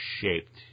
shaped